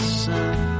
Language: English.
sun